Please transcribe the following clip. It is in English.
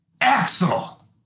Axel